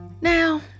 Now